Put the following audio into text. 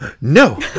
no